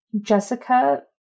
Jessica